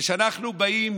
כשאנחנו באים